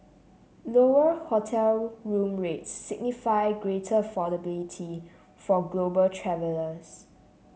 lower hotel room rates signify greater affordability for global travellers